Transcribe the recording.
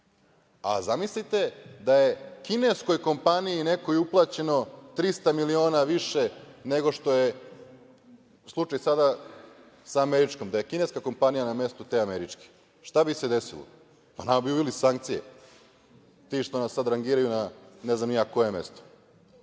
Zamislite da je kineskoj kompaniji nekoj uplaćeno 300 miliona više nego što je slučaj sada sa američkom, da je kineska kompanija na mestu te američke, šta bi se desilo? Nama bi uveli sankcije, ti što nas sada rangiraju na, ne znam ni ja na koje mesto. Da